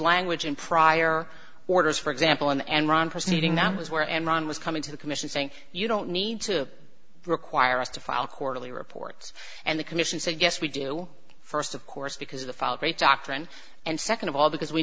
language in prior orders for example in the enron proceeding that was where enron was coming to the commission saying you don't need to require us to file quarterly reports and the commission said yes we do first of course because of the fall great doctrine and second of all because we